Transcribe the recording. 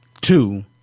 two